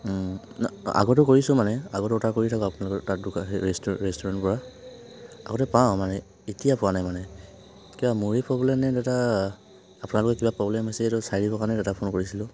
আগতে কৰিছো মানে আগত অৰ্ডাৰ কৰি থাকো আপোনালোকৰ তাত দোকান ৰেষ্টুৰে ৰেষ্টুৰেণ্ট পৰা আগতে পাওঁ মানে এতিয়া পোৱা নাই মানে কিবা মোৰে প্ৰব্লেম নে দাদা আপোনালোকৰে কিবা প্ৰব্লেম হৈছে সেইটো চাই দিব কাৰণে দাদা ফোন কৰিছিলো